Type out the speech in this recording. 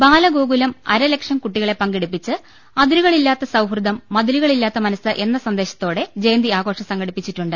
ബാലഗോകുലം അര ലക്ഷം കുട്ടികളെ പങ്കെടുപ്പിച്ച് അതിരുകളില്ലാത്ത സൌഹൃദം മതി ലുകളില്ലാത്ത മനസ്സ് എന്ന സന്ദേശത്തോടെ ജയന്തി ആഘോഷം സംഘടിപ്പിച്ചിട്ടുണ്ട്